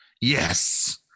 Yes